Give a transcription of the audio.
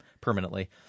permanently